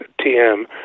TM